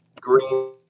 green